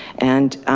and,